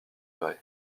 grès